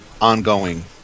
ongoing